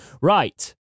Right